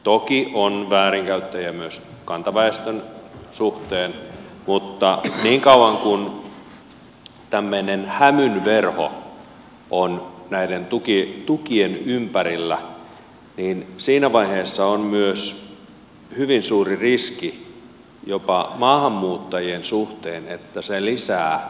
toki on väärinkäyttäjiä myös kantaväestön suhteen mutta niin kauan kuin tämmöinen hämyn verho on näiden tukien ympärillä niin siinä vaiheessa on myös hyvin suuri riski jopa maahanmuuttajien suhteen että se lisää tämmöistä vihamielisyyttä